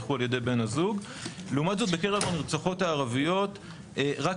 לעומת זאת בקרב הנרצחות הערביות רק